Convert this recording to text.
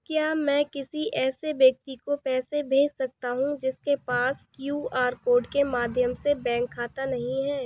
क्या मैं किसी ऐसे व्यक्ति को पैसे भेज सकता हूँ जिसके पास क्यू.आर कोड के माध्यम से बैंक खाता नहीं है?